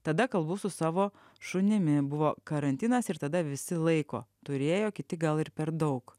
tada kalbu su savo šunimi buvo karantinas ir tada visi laiko turėjo kiti gal ir per daug